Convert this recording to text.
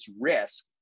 risk